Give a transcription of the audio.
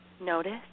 Notice